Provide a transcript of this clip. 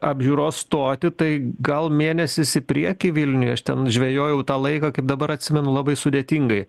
apžiūros stotį tai gal mėnesis į priekį vilniuje aš ten žvejojau tą laiką kaip dabar atsimenu labai sudėtingai